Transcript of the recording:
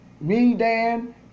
Medan